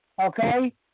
Okay